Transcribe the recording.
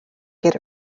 get